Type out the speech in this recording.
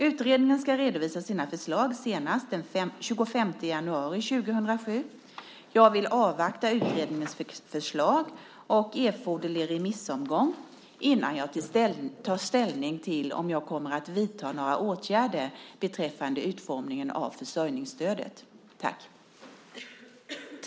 Utredningen ska redovisa sina förslag senast den 25 januari 2007. Jag vill avvakta utredningens förslag och erforderlig remissomgång innan jag tar ställning till om jag kommer att vidta några åtgärder beträffande utformningen av försörjningsstödet.